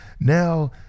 Now